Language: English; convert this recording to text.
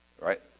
right